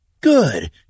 Good